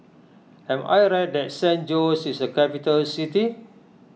am I right that San Jose is a capital city